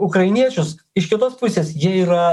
ukrainiečius iš kitos pusės jie yra